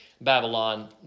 Babylon